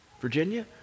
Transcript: Virginia